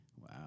wow